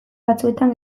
batzuetan